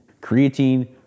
creatine